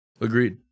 Agreed